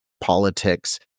politics